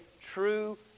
true